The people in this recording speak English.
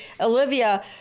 Olivia